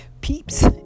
peeps